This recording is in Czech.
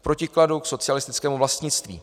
V protikladu k socialistickému vlastnictví.